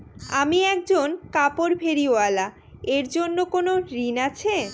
আমি একজন কাপড় ফেরীওয়ালা এর জন্য কোনো ঋণ আছে?